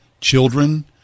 children